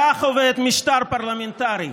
כך עובד משטר פרלמנטרי.